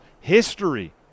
history